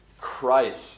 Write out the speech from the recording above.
Christ